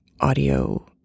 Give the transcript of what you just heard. audio